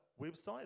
website